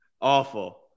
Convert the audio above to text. Awful